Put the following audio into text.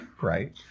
right